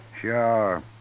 Sure